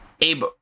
Abe